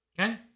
okay